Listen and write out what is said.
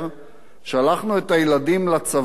שלחנו את הילדים לצבא,